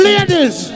Ladies